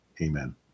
Amen